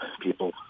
people